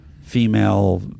Female